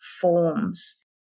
forms